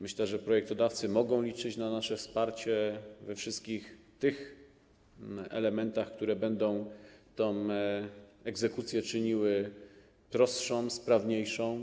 Myślę, że projektodawcy mogą liczyć na nasze wsparcie we wszystkich tych elementach, które będą tę egzekucję czyniły prostszą i sprawniejszą.